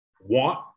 want